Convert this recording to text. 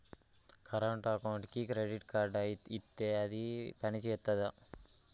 Current అకౌంట్కి credit card ఇత్తే అది పని చేత్తదా?